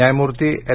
न्यायमूर्ती एल